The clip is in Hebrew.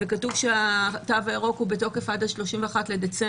וכתוב שהתו הירוק הוא בתוקף עד 31 בדצמבר.